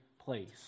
place